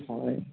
হয়